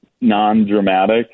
non-dramatic